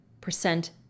percent